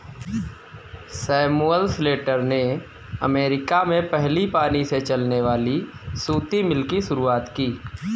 Samuel Slater ने America में पहली पानी से चलने वाली सूती मिल की शुरुआत की